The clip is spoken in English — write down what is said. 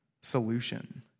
solution